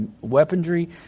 weaponry